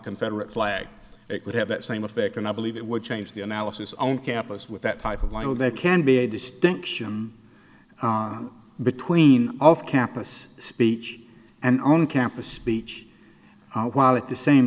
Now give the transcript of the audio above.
confederate flag it would have that same effect and i believe it would change the analysis on campus with that type of level there can be a distinction between of campus speech and on campus speech while at the same